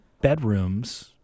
bedrooms